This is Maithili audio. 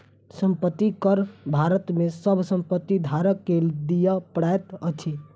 संपत्ति कर भारत में सभ संपत्ति धारक के दिअ पड़ैत अछि